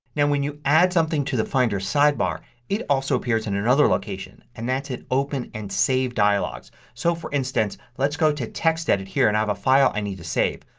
now when you add something to the finder's sidebar it also appears in another location. and that's in open and save dialogues. so, for instance, let's go to textedit here and i have a file i need to save.